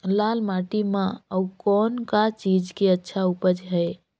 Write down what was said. लाल माटी म अउ कौन का चीज के अच्छा उपज है?